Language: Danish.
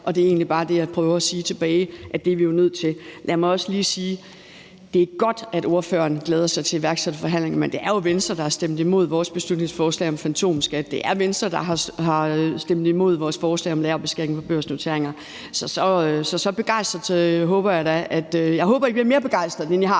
og det er jo egentlig bare det jeg prøver at sige tilbage at vi også er nødt til. Lad mig også lige sige, at det er godt, at ordføreren glæder sig til iværksætterforhandlingerne, men at det jo er Venstre, der har stemt imod vores beslutningsforslag om en fantomskat, og at det er Venstre, der har stemt imod vores forslag om en lagerbeskatning på børsnoteringer. Så jeg håber, at I bliver mere begejstret, end I har